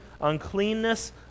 uncleanness